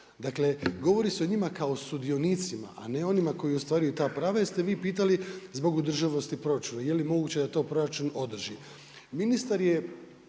Dakle, govori se o njima kao o sudionicima, a ne onima koji ostvaruju ta prava. Jer ste vi pitali zbog održivosti proračuna, je li moguće da to proračun održi.